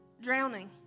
Drowning